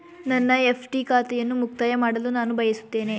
ನನ್ನ ಎಫ್.ಡಿ ಖಾತೆಯನ್ನು ಮುಕ್ತಾಯ ಮಾಡಲು ನಾನು ಬಯಸುತ್ತೇನೆ